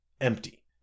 Empty